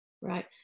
right